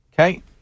Okay